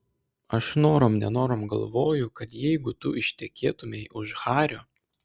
aš norom nenorom galvoju kad jeigu tu ištekėtumei už hario